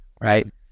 Right